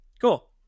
Cool